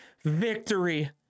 victory